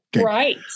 Right